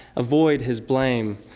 avoid his blame,